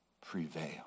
prevail